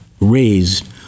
raised